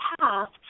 past